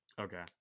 Okay